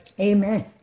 Amen